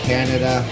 Canada